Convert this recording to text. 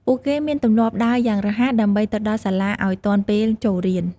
ពួកគេមានទម្លាប់ដើរយ៉ាងរហ័សដើម្បីទៅដល់សាលាឱ្យទាន់ពេលចូលរៀន។